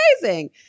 amazing